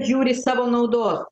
žiūri savo naudos